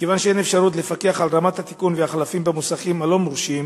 מכיוון שאין אפשרות לפקח על רמת התיקון והחלפים במוסכים הלא-מורשים,